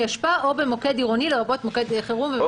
אשפה או עובד במוקד עירוני לרבות מוקד חירום וחדר מצב".